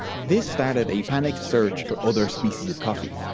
this started a panicked search for other species of coffee.